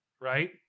right